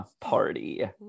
party